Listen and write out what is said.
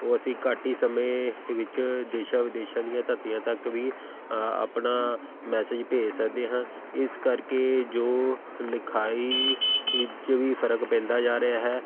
ਉਹ ਅਸੀਂ ਘੱਟ ਹੀ ਸਮੇਂ ਵਿੱਚ ਦੇਸ਼ਾਂ ਵਿਦੇਸ਼ਾਂ ਦੀਆਂ ਧਰਤੀਆਂ ਤੱਕ ਵੀ ਆਪਣਾ ਮੈਸੇਜ ਭੇਜ ਸਕਦੇ ਹਾਂ ਇਸ ਕਰਕੇ ਜੋ ਲਿਖਾਈ ਵਿੱਚ ਵੀ ਫਰਕ ਪੈਂਦਾ ਜਾ ਰਿਹਾ ਹੈ